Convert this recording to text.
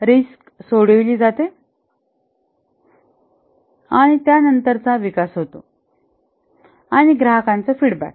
risk सोडविली जाते आणि त्यानंतरचा विकास होतो आणि ग्राहकांचा फीडबॅक